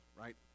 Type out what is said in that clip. right